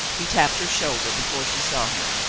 he tapped her shoulder before she saw him.